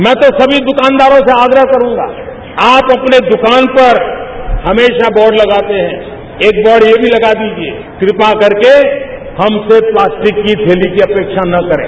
मैं तो सभी द्वानदानों से आग्रह करूंगा आप अपने द्वान पर हमेशा बोर्ड लगाते हैं एक बोर्ड यह भी लगा दीजिये कृपा करके हमसे प्लास्टिक की थैली की अपेक्षा न करें